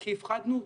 כי הפחדנו אותה.